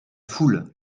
foule